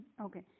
Okay